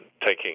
taking